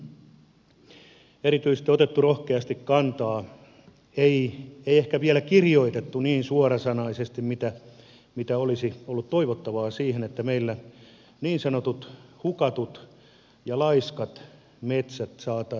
erityisesti on otettu rohkeasti kantaa ei ehkä vielä kirjoitettu niin suorasanaisesti mikä olisi ollut toivottavaa siihen että meillä niin sanotut hukatut ja laiskat metsät saataisiin käyttöön